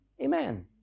Amen